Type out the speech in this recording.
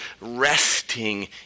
resting